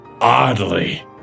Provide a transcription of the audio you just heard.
oddly